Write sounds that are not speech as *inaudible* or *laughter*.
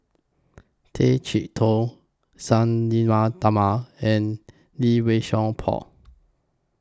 Tay Chee Toh Sang Nila *unintelligible* and Lee Wei Song Paul